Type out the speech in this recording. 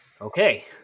Okay